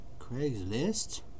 craigslist